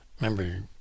remember